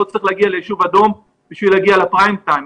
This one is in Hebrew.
לא צריך להגיע ליישוב אדום בשביל להגיע לפריים טיים.